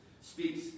speaks